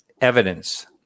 evidence